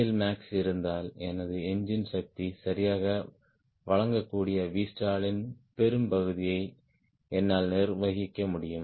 எல்மாக்ஸ் இருந்தால் எனது எஞ்சின் சக்தி சரியாக வழங்கக்கூடிய விஸ்டாலின் பெரும்பகுதியை என்னால் நிர்வகிக்க முடியும்